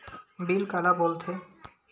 Bill काला बोल थे?